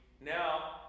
now